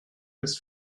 his